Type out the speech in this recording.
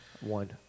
one